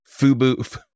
Fubu